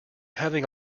having